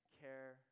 care